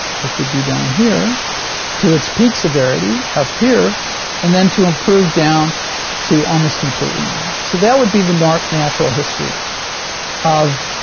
which would be down here to its peak severity up here and then to improve down to almost completely normal. so that would be the natural history of